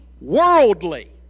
worldly